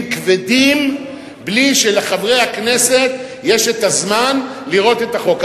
כבדים בלי שלחברי הכנסת יש את הזמן לראות את החוק.